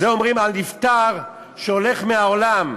זה אומרים על נפטר שהולך מהעולם.